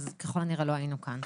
אז ככל הנראה לא היינו כאן.